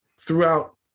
throughout